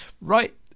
Right